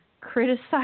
Criticize